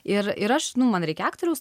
ir ir aš nu man reikia aktoriaus